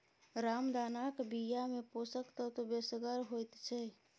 रामदानाक बियामे पोषक तत्व बेसगर होइत छै